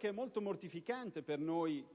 È molto mortificante, per noi,